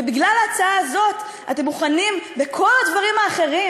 ובגלל ההצעה הזאת אתם מוכנים לכל הדברים האחרים,